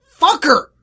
Fucker